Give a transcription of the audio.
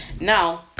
now